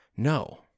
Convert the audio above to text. No